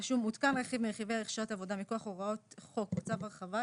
רשום "מעודכן רכיב מרכיבי ערך שעת עבודה מכוח הוראת חוק או צו הרחבה,